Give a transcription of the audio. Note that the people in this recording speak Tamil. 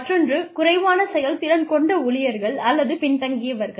மற்றொன்று குறைவான செயல்திறன் கொண்ட ஊழியர்கள் அல்லது பின்தங்கியவர்கள்